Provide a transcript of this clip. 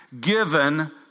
given